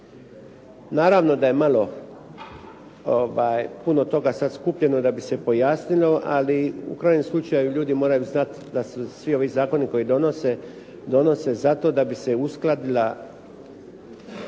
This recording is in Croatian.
Naravno da je puno toga sad skupljeno da bi se pojasnilo, ali u krajnjem slučaju ljudi moraju znati da su svi ovi zakoni koji se donose donose se zato da bi se uskladila